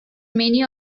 many